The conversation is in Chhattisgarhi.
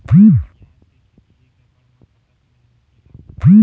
प्याज के खेती एक एकड़ म कतक मेहनती लागथे?